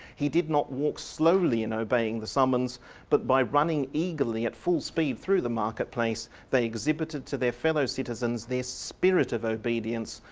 he did not walk slowly in obeying the summons but by running eagerly at full speed through the marketplace. they exhibited to their fellow citizens their spirit of obedience,